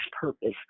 purpose